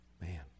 man